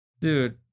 Dude